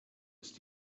ist